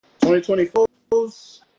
2024